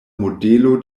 modelo